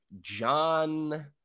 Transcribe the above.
John